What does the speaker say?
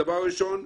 הדבר הראשון,